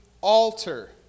altar